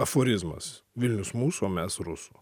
aforizmas vilnius mūsų o mes rusų